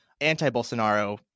anti-Bolsonaro